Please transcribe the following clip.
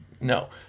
no